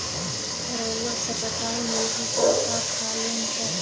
रउआ सभ बताई मुर्गी का का खालीन सब?